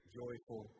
joyful